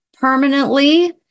permanently